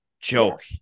Joke